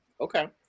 Okay